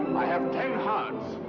i have ten hearts!